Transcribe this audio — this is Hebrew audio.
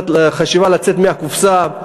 לצאת מהקופסה,